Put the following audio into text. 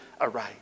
aright